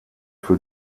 für